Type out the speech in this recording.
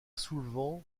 soulevant